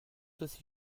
aussi